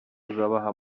tuzabaha